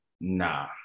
Nah